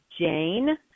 jane